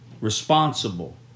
responsible